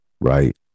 right